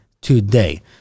today